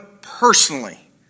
personally